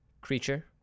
creature